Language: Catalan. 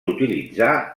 utilitzar